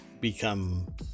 become